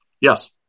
Yes